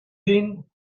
zien